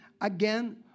again